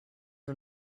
are